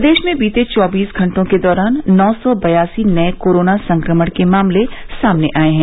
प्रदेश में बीते चौबीस घंटों के दौरान नौ सौ बयासी नये कोरोना संक्रमण के मामले सामने आये हैं